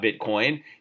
Bitcoin